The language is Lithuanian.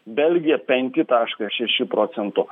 belgija penki taškas šeši procento